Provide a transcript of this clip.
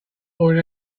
fooling